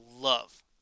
love